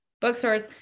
bookstores